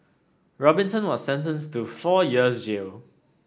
Robinson was sentenced to four years jail